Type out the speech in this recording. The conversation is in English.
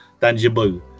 tangible